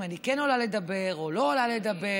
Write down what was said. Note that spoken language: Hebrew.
אם אני כן עולה לדבר או לא עולה לדבר,